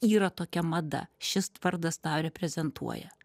yra tokia mada šis t vardas tą reprezentuoja